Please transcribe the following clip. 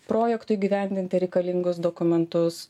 projektui įgyvendinti reikalingus dokumentus